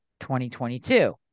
2022